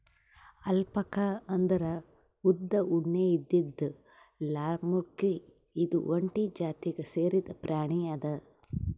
alpaca ಅಂದ್ರ ಉದ್ದ್ ಉಣ್ಣೆ ಇದ್ದಿದ್ ಲ್ಲಾಮ್ಕುರಿ ಇದು ಒಂಟಿ ಜಾತಿಗ್ ಸೇರಿದ್ ಪ್ರಾಣಿ ಅದಾ